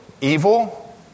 evil